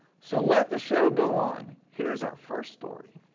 so let the show go on, here's our first story.